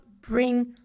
bring